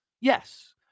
Yes